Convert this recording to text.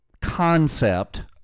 concept